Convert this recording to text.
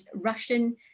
Russian